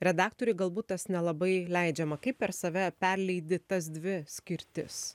redaktoriui galbūt tas nelabai leidžiama kaip per save perleidi tas dvi skirtis